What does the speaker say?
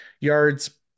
yards